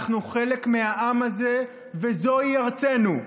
אנחנו חלק מהעם הזה, וזוהי ארצנו.